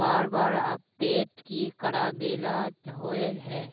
बार बार अपडेट की कराबेला होय है?